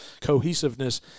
cohesiveness